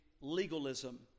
legalism